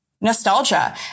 nostalgia